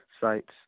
sites